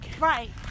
Right